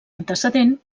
antecedent